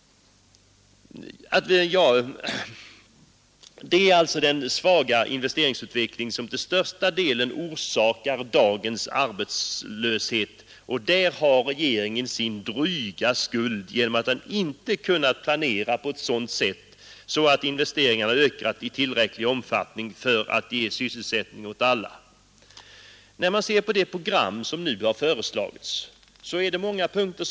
Det är alltså den svaga investeringsutvecklingen som till största delen orsakar dagens arbetslöshet — och där har regeringen sin dryga skuld genom att den inte kunnat planera på ett sådant sätt att investeringarna ökat i tillräcklig omfattning för att ge sysselsättning åt alla. I det program som nu har föreslagits finns många bra punkter.